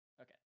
okay